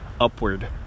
upward